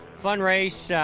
fun race. yeah